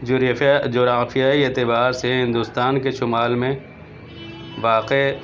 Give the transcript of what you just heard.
جغرافیائی اعتبار سے ہندوستان کے شمال میں واقع